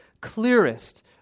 clearest